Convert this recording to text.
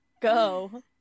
Go